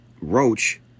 Roach